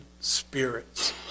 spirits